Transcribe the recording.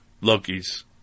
Loki's